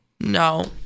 No